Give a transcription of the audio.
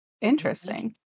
interesting